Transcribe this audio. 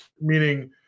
meaning